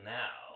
now